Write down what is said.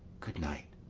good night,